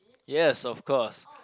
yes of course